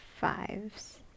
fives